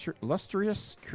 lustrous